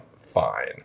fine